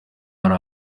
hari